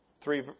Three